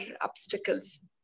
obstacles